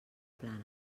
plana